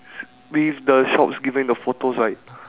so my opinion on this place is that like